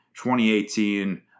2018